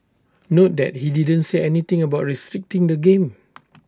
note that he didn't say anything about restricting the game